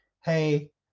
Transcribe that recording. hey